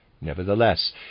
nevertheless